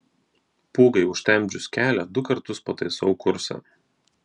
pūgai užtemdžius kelią du kartus pataisau kursą